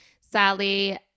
Sally